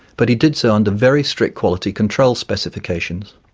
but he did so under very strict quality control specifications.